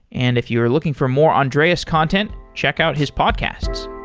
and if you are looking for more andreas content, check out his podcasts.